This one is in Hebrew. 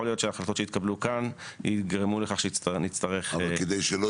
יכול להיות שהחלטות שיתקבלו כאן יגרמו לכך --- אבל כדי שלא